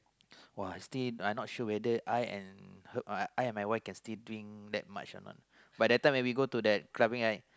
!wow! I still I not sure whether I and her I and my wife can still drink that much or not by that time we when we go to that clubbing right